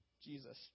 Jesus